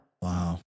Wow